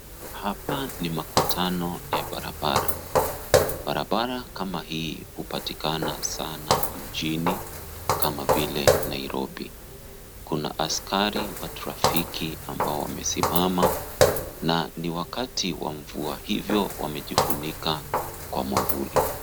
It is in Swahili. Hapa ni makutano ya barabara . Barabara kama hii hupatikana sana mjini kama vile Nairobi. Kuna askari wa trafiki ambao wamesimama, na ni wakati wa mvua hivyo wamejifunika kwa mwavuli.